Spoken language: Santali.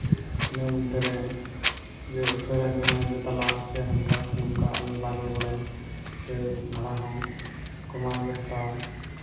ᱤᱱᱟᱹ ᱢᱚᱫᱽᱫᱷᱮ ᱨᱮ ᱡᱮ ᱩᱥᱟᱹᱨᱟᱭ ᱢᱮᱱᱟ ᱡᱮ ᱫᱮᱞᱟ ᱥᱮ ᱦᱟᱱᱠᱟ ᱥᱮ ᱱᱚᱝᱠᱟ ᱩᱱᱤ ᱫᱚ ᱵᱟᱭ ᱨᱚᱲ ᱵᱟᱲᱟᱭᱟ ᱥᱮ ᱵᱷᱟᱲᱟ ᱦᱚᱸ ᱠᱚᱢᱟᱣ ᱜᱮ ᱦᱟᱛᱟᱣᱟ